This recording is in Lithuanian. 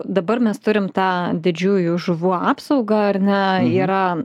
dabar mes turim tą didžiųjų žuvų apsaugą ar ne yra